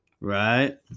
right